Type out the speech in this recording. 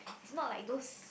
is not like those